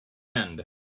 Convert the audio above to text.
end